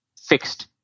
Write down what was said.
fixed